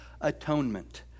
atonement